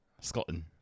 Scotland